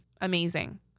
amazing